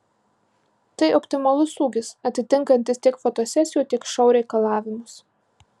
tai optimalus ūgis atitinkantis tiek fotosesijų tiek šou reikalavimus